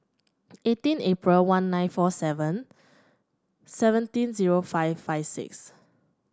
eighteen April one nine four seven seventeen zero five five six